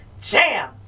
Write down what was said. jam